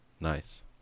Nice